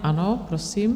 Ano, prosím.